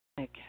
Okay